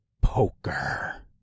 poker